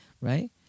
right